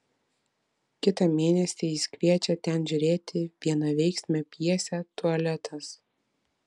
kitą mėnesį jis kviečia ten žiūrėti vienaveiksmę pjesę tualetas